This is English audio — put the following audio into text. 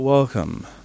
Welcome